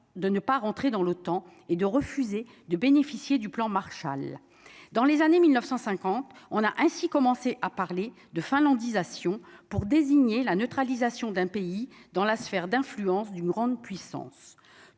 de ne pas rentrer dans l'OTAN et de refuser de bénéficier du plan Marshall, dans les années 1950 on a ainsi commencé à parler de finlandisation pour désigner la neutralisation d'un pays dans la sphère d'influence d'une grande puissance,